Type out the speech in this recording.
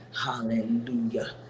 Hallelujah